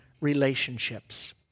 relationships